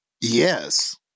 Yes